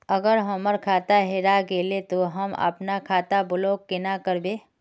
अगर हमर खाता हेरा गेले ते हम अपन खाता ब्लॉक केना करबे?